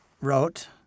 wrote